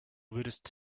würdest